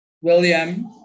William